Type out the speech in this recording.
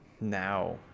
now